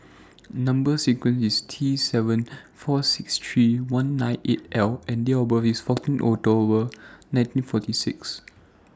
Number sequence IS T seven four six three one nine eight L and Date of birth IS fourteen October nineteen forty six